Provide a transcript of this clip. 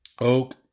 oak